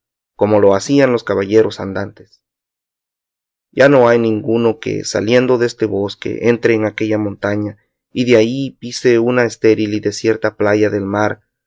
como lo hacían los caballeros andantes ya no hay ninguno que saliendo deste bosque entre en aquella montaña y de allí pise una estéril y desierta playa del mar